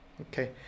Okay